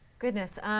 goodness.